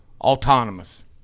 Autonomous